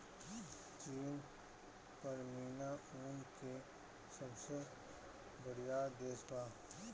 चीन पश्मीना ऊन के सबसे बड़ियार देश बा